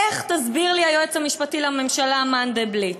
איך, תסביר לי, היועץ המשפטי לממשלה מנדלבליט,